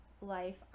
life